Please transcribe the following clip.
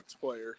player